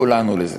כולנו תרמנו לזה.